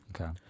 Okay